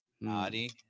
Naughty